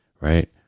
right